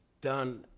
done